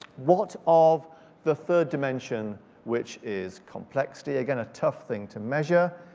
what of the third dimension which is complexity, again a tough thing to measure.